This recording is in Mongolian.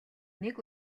нэг